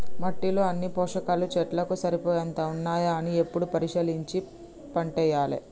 మట్టిలో అన్ని పోషకాలు చెట్లకు సరిపోయేంత ఉన్నాయా అని ఎప్పుడు పరిశీలించి పంటేయాలే